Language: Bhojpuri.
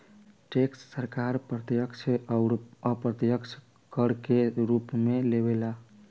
टैक्स सरकार प्रत्यक्ष अउर अप्रत्यक्ष कर के रूप में लेवे ला